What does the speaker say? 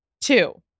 Two